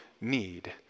need